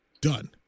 done